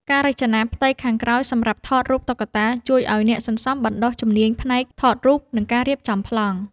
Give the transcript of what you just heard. ការរចនាផ្ទៃខាងក្រោយសម្រាប់ថតរូបតុក្កតា ជួយឱ្យអ្នកសន្សំបណ្ដុះជំនាញផ្នែកថតរូប និងការរៀបចំប្លង់។